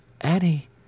Annie